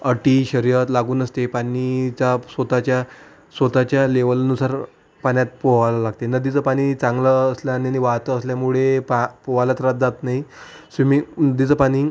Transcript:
अटी शर्यत लागू नसते पाणीचा सोताच्या सोताच्या लेवलनुसार पाण्यात पोवाल लागते नदीचं पाणी चांगलं असल्याने नी वाहतं असल्यामुळे पहा पोआयला त्रास जात नाही स्विमी उंदीचं पाणी